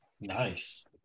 Nice